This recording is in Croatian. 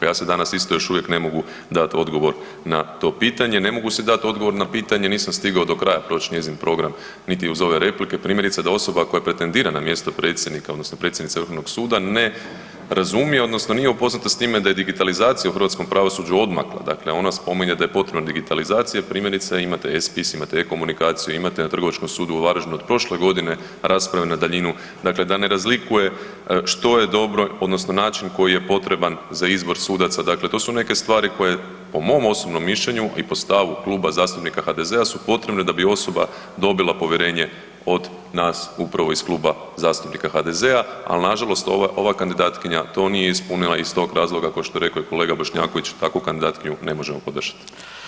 Ja si danas isto još uvijek ne mogu dat odgovor na to pitanje, ne mogu si dat odgovor na pitanje, nisam stigao do kraja proć njezin program niti uz ove replike, primjerice da osoba koja pretendira na mjesto predsjednika odnosno predsjednice Vrhovnog suda, ne razumije odnosno nije upoznata s time da je digitalizacija u hrvatskom pravosuđu odmakla, dakle ona spominje da je potrebna digitalizacija, primjerice imate E-spis, imate E-komunikaciju, imate na Trgovačkom sudu u Varaždinu od prošle godine rasprave na daljinu, dakle da ne razlikuje što je dobro odnosno način koji je potreban za izbor sudaca, dakle to su neke stvari koje po mom osobnom mišljenju i po stavku Kluba zastupnika HDZ-a su potrebni da bi osoba dobila povjerenje od nas upravo iz Kluba zastupnika HDZ-a ali nažalost ova kandidatkinja to nije ispunila i iz tog razloga ko što je rekao i kolega Bošnjaković, takvu kandidatkinju ne možemo podržat.